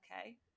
okay